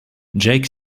jake